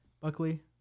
Buckley